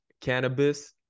cannabis